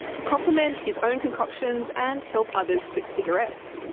to compliment his own concoctions and help others quit cigarettes.